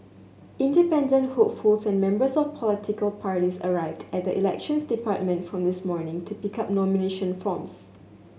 independent hopefuls and members of political parties arrived at the Elections Department from this morning to pick up nomination forms